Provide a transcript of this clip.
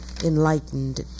enlightened